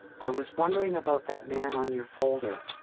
i was wondering about that man on your folder.